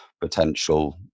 potential